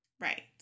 right